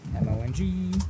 M-O-N-G